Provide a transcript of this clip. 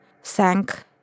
sank